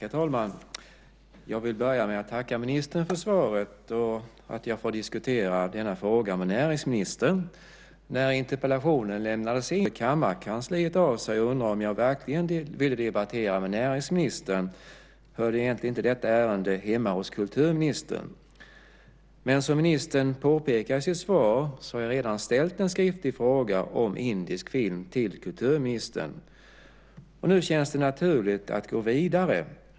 Herr talman! Jag vill börja med att tacka ministern för svaret och för att jag får diskutera denna fråga med näringsministern. När interpellationen lämnades in hörde kammarkansliet av sig och undrade om jag verkligen ville debattera med näringsministern. Hörde inte detta ärende egentligen hemma hos kulturministern? Men som ministern påpekar i sitt svar har jag redan ställt en skriftlig fråga om indisk film till kulturministern, och det känns nu naturligt att gå vidare.